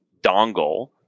dongle